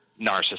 narcissist